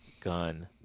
Gun